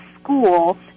school